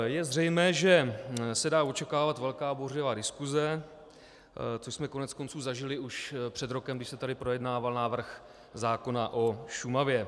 Je zřejmé, že se dá očekávat velká a bouřlivá diskuse, což jsme koneckonců zažili už před rokem, když se tady projednával návrh zákona o Šumavě.